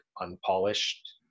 unpolished